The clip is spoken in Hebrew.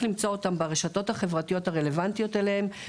למצוא אותם ברשתות החברתיות הרלוונטיות אליהם,